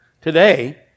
today